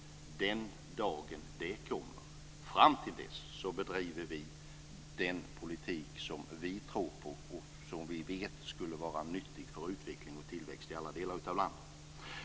Fram till dess bedriver vi den politik som vi tror på och som vi vet skulle vara nyttig för utveckling och tillväxt i alla delar av landet.